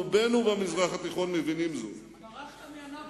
רובנו במזרח התיכון מבינים זאת ברחת מאנאפוליס,